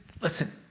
listen